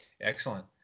Excellent